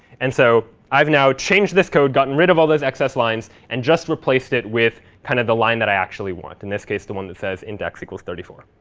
and so i've now changed this code, gotten rid of all those excess lines, and just replaced it with kind of the line that i actually want in this case, the one that says index equals is thirty four.